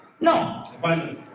No